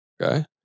Okay